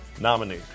nominee